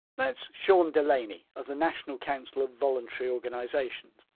whitethat's shaun delaney of the national council of voluntary organisations.